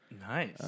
nice